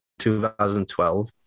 2012